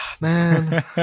man